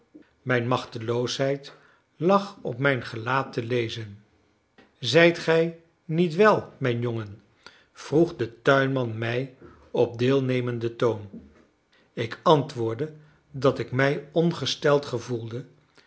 mijn machteloosheid lag op mijn gelaat te lezen zijt gij niet wel mijn jongen vroeg de tuinman mij op deelnemenden toon ik antwoordde dat ik mij ongesteld gevoelde